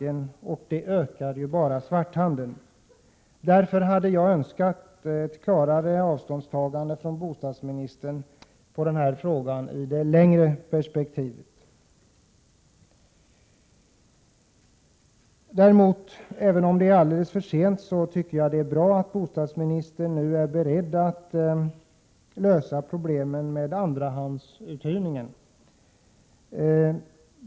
Dessutom främjar det bara den svarta handeln. Därför hade jag av bostadsministern önskat ett klarare avståndstagande när det gäller den här frågan i det längre perspektivet. Även om det är alldeles för sent, tycker jag däremot att det är bra att bostadsministern nu är beredd att lösa problemen med andrahandsuthyrningen.